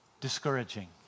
discouraging